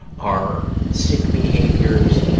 our sick behaviors,